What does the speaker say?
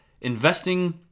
investing